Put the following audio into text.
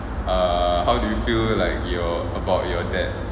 err how do you feel like your about your dad